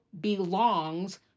belongs